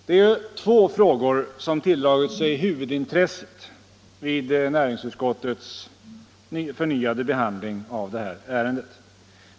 Det är två frågor som har tilldragit sig huvudintresset vid näringsutskottets förnyade behandling av detta ärende.